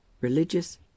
religious